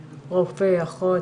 רופא, אחות,